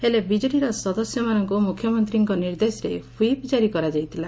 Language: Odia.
ହେଲେ ବିଜେଡିର ସଦସ୍ୟ ମାନଙ୍କୁ ମୁଖ୍ୟମନ୍ତୀଙ୍କ ନିର୍ଦେଶରେ ହ୍ୱିପ ଜାରୀ କରା ଯାଇଥିଲା